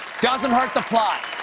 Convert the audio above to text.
doesn't hurt the plot.